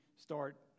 start